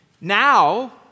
Now